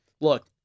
look